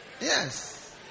Yes